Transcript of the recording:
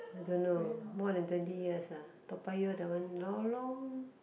I don't know more than twenty years ah Toa-Payoh that one lorong